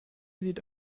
sieht